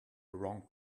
wrong